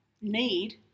need